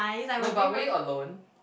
no but were you alone